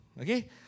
Okay